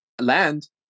land